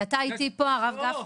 כי אתה איתי פה הרב גפני.